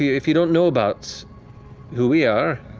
if you don't know about who we are?